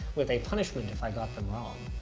with a punishment if i got the wrong.